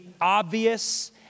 obvious